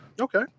Okay